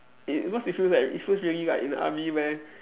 it because it feels like it feels really like in army where